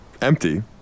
empty